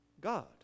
God